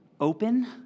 open